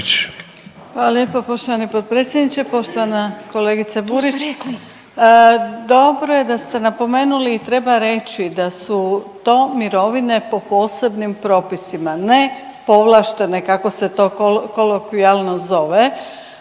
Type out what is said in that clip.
Hvala lijepo poštovani potpredsjedniče, poštovana kolegice Burić .../Upadica: To ste rekli./... Dobro je da ste napomenuli i treba reći da su to mirovine po posebnim propisima, ne povlaštene, kako se to kolokvijalno zove.